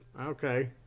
Okay